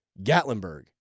Gatlinburg